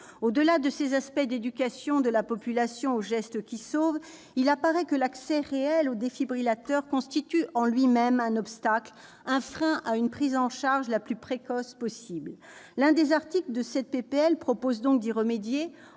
Au-delà de ces aspects d'éducation de la population aux gestes qui sauvent, il apparaît enfin que l'accès réel aux défibrillateurs constitue en lui-même un obstacle, un frein à une prise en charge la plus précoce possible. L'un des articles de cette proposition de loi